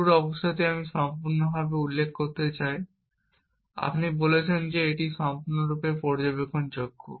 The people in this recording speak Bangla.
শুরুর অবস্থাটি আমি সম্পূর্ণরূপে উল্লেখ করতে চাই আপনি বলছেন যে এটি সম্পূর্ণরূপে পর্যবেক্ষণযোগ্য